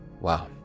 Wow